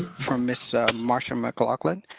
from ms. ah marsha mclaughlin.